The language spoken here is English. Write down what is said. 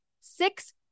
six